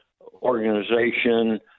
organization